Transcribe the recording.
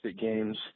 games